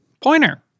Pointer